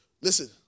listen